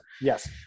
Yes